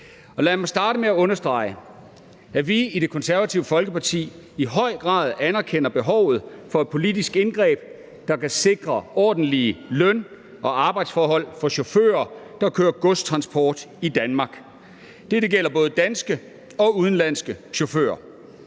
Lad mig starte med at understrege, at vi i Det Konservative Folkeparti i høj grad anerkender behovet for et politisk indgreb, der kan sikre ordentlige løn- og arbejdsforhold for chauffører, der kører godstransport i Danmark. Dette gælder både danske og udenlandske chauffører.